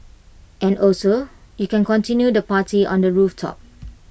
and also you can continue the party on the rooftop